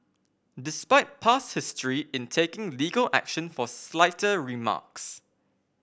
despite past history in taking legal action for slighter remarks